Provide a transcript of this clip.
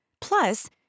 Plus